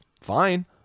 fine